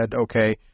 okay